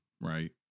right